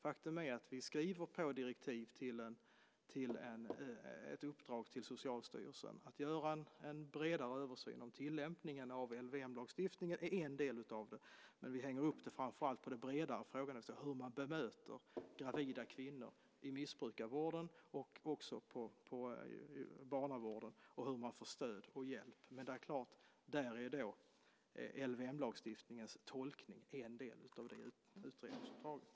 Faktum är att vi skriver på direktiv till ett uppdrag till Socialstyrelsen att göra en bredare översyn av tillämpningen av LVM. Det är en del av det, men vi hänger framför allt upp det på den bredare frågan hur man bemöter gravida kvinnor i missbrukarvården och i barnavården och hur man får stöd och hjälp. LVM:s tolkning är en del av utredningsuppdraget.